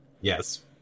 Yes